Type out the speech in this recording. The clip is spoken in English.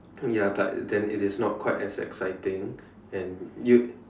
ya but then it is not quite as exciting and you